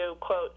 quote